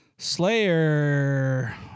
Slayer